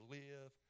live